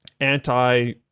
anti